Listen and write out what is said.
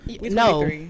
No